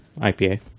IPA